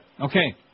Okay